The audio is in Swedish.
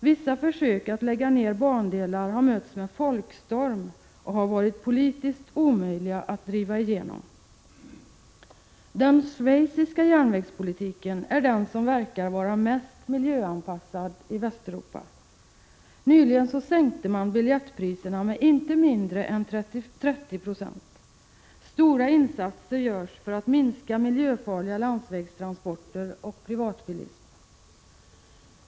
Vissa försök att lägga ned bandelar har mötts med folkstorm och har varit politiskt omöjliga att driva igenom. 0 Den schweiziska järnvägspolitiken är den som verkar vara mest miljöanpassad i Västeuropa. Nyligen sänkte man biljettpriserna med inte mindre än 30 26. Stora insatser görs för att minska miljöfarliga landsvägstransporter och privatbilism.